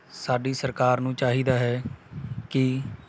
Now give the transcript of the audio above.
ਸਾਡੀ ਸਰਕਾਰ ਨੂੰ ਚਾਹੀਦਾ ਹੈ ਕਿ